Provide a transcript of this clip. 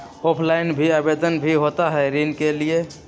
Offline भी आवेदन भी होता है ऋण के लिए?